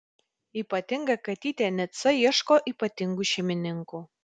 ypatinga katytė nica ieško ypatingų šeimininkų